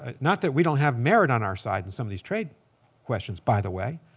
ah not that we don't have merit on our side in some of these trade questions, by the way.